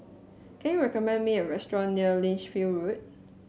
can you recommend me a restaurant near Lichfield Road